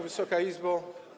Wysoka Izbo!